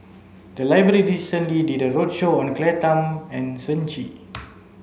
the library recently did a roadshow on Claire Tham and Shen Xi